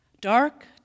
Dark